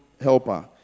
helper